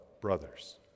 brothers